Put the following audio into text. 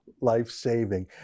Life-saving